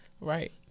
Right